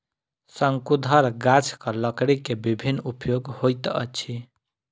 शंकुधर गाछक लकड़ी के विभिन्न उपयोग होइत अछि